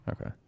Okay